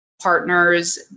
partners